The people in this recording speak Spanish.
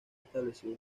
establecido